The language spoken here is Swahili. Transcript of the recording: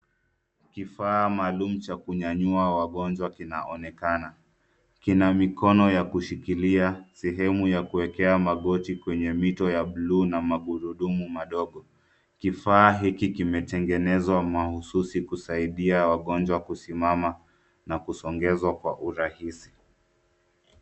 Kifaa maalum cha kunyanyua wagonjwa kinaonekana. Kina mikono ya kushikilia, sehemu ya kuekea magoti kwenye mito ya buluu na magurudumu madogo. Kifaa hiki kimetengenezwa mahususi kusaidia wagonjwa kusimama na kusongezwa kwa urahisi.